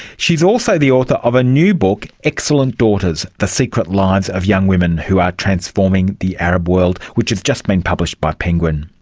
she is also the author of a new book excellent daughters the secret lives of young women who are transforming the arab world, which has just been published by penguin.